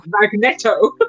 Magneto